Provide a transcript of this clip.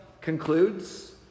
concludes